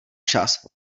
čas